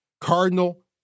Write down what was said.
Cardinal